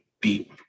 beat